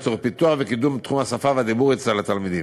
לצורך פיתוח וקידום של תחום השפה והדיבור אצל התלמידים,